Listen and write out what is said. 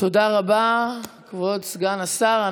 תודה רבה, כבוד סגן השר.